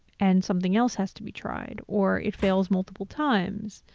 and something else has to be tried, or it fails multiple times,